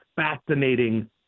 fascinating